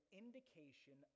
indication